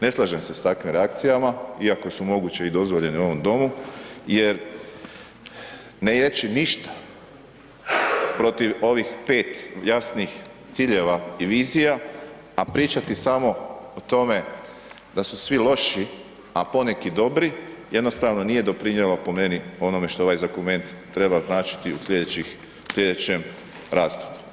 Ne slažem se s takvim reakcijama iako su moguće i dozvoljene u ovom domu jer ne reći ništa protiv ovih 5 jasnih ciljeva i vizija, a pričati samo o tome da su svi loši a poneki dobri, jednostavno nije doprinijelo po meni onome što ovaj dokument treba značiti u slijedećem razdoblju.